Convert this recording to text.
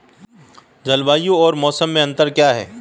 जलवायु और मौसम में अंतर क्या है?